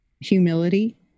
humility